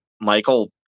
Michael